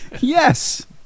Yes